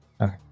Okay